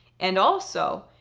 and also,